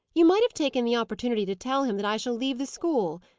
you might have taken the opportunity to tell him that i shall leave the school.